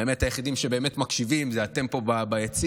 האמת, היחידים שבאמת מקשיבים זה אתם פה ביציע,